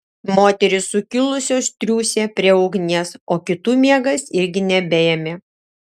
moterys sukilusios triūsė prie ugnies o kitų miegas irgi nebeėmė